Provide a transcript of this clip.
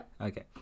okay